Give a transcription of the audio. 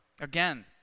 again